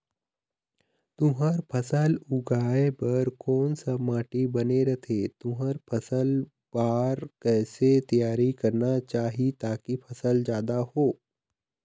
तुंहर फसल उगाए बार कोन सा माटी बने रथे तुंहर फसल बार कैसे तियारी करना चाही ताकि फसल जादा हो?